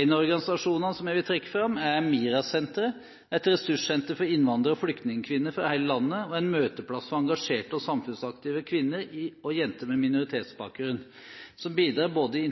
En av organisasjonene som jeg vil trekke fram, er MiRA-senteret, et ressurssenter for innvandrer- og flyktningkvinner fra hele landet og en møteplass for engasjerte og samfunnsaktive kvinner og jenter med minoritetsbakgrunn som bidrar i både